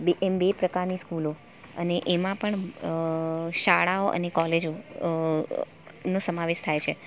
એમ બે પ્રકારની સ્કૂલો અને એમાં પણ શાળાઓ અને કોલેજો નો સમાવેશ થાય છે